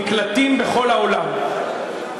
בסוף נקלטים בכל העולם,